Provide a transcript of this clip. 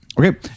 Okay